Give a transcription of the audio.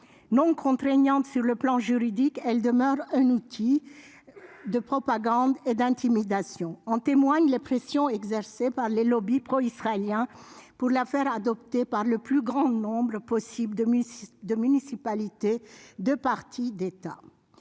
Non contraignante sur le plan juridique, elle demeure un outil de propagande et d'intimidation. En témoignent les pressions exercées par les lobbies pro-israéliens pour la faire adopter par le plus grand nombre possible de municipalités, de partis, d'États.